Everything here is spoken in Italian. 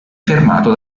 fermato